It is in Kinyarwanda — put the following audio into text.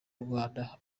rwanda